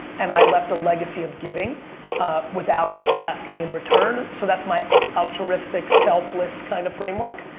and i left a legacy of giving without asking in return. so that's my altruistic, selfless kind of framework.